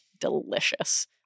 Delicious